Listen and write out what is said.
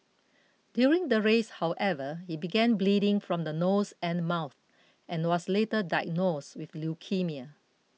during the race however he began bleeding from the nose and mouth and was later diagnosed with leukaemia